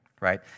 right